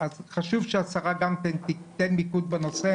לרבות מוכנות לשריפות עתידיות,